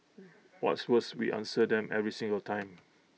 what's worse we answer them every single time